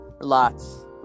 Lots